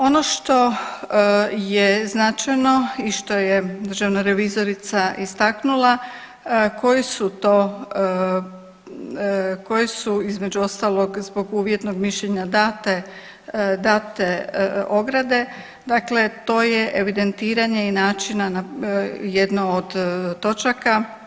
Ono što je značajno i što je državna revizorica istaknula koji su to, koje su između ostalog zbog uvjetnog mišljenja date, date ograde, dakle to je evidentiranje i načina jedne od točaka.